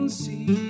see